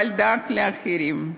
אבל דאג לאחרים.